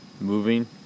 moving